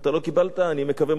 אני מקווה מאוד שגם לא תקבל,